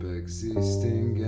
existing